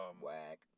Whack